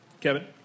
Kevin